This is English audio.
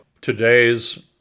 today's